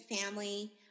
family